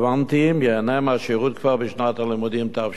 ייהנו מהשירות כבר בשנת הלימודים תשע"ג.